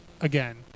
Again